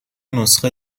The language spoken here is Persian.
نسخه